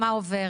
מה עובר?